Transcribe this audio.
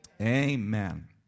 Amen